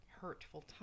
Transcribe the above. hurtful